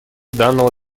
данного